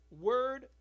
word